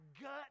gut